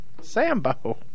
Sambo